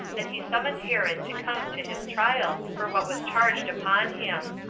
that he summoned herod to come to his trial for what was charged upon him.